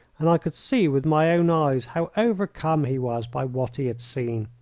and i could see with my own eyes how overcome he was by what he had seen.